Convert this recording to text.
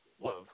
Love